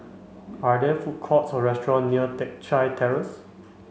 are there food courts or restaurant near Teck Chye Terrace